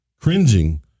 cringing